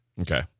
Okay